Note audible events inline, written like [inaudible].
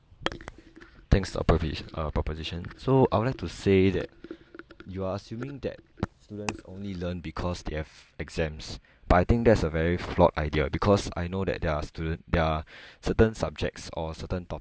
thanks to a pro~ uh proposition so I would like to say that you are assuming that students only learn because they have exams but I think that's a very flawed idea because I know that there are stu~ there're [breath] certain subjects or certain topics